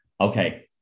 okay